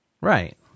right